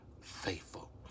faithful